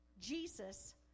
Jesus